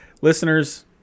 listeners